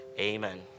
Amen